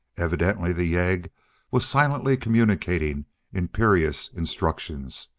evidently the yegg was silently communicating imperious instructions,